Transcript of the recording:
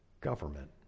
government